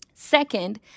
Second